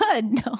No